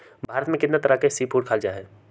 भारत में कितना तरह के सी फूड खाल जा हई